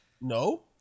No